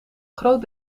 groot